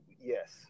yes